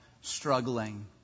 struggling